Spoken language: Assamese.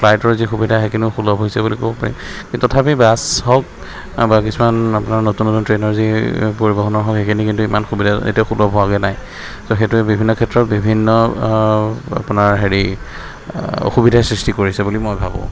ফ্লাইটৰ যি সুবিধা সেইখিনিও সুলভ হৈছে বুলি ক'ব পাৰি কিন্তু তথাপি বাছ হওক বা কিছুমান আপোনাৰ নতুন নতুন ট্ৰেইনৰ যি পৰিবহণৰ হয় সেইখিনি কিন্তু ইমান সুবিধা এতিয়া সুলভ হোৱাগৈ নাই ত' সেইটোৱে বিভিন্ন ক্ষেত্ৰত বিভিন্ন আপোনাৰ হেৰি অসুবিধাৰ সৃষ্টি কৰিছে বুলি মই ভাবোঁ